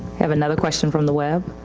have another question from the web.